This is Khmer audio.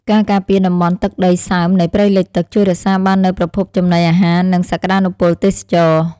ការការពារតំបន់ទឹកដីសើមនិងព្រៃលិចទឹក ជួយរក្សាបាននូវប្រភពចំណីអាហារនិងសក្តានុពលទេសចរណ៍។